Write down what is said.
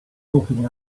talking